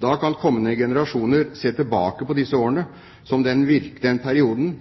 Da kan kommende generasjoner se tilbake på disse årene som den perioden